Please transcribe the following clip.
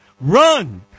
Run